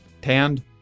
tanned